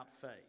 faith